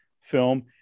film